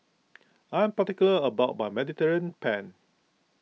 I am particular about my Mediterranean Penne